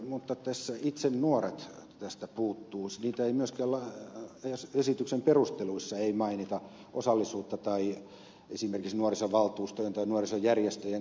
mutta tässä itse nuoret tästä puuttuvat heitä ei myöskään esityksen perusteluissa mainita osallisuutta tai esimerkiksi nuorisovaltuustojen tai nuorisojärjestöjen kuulemista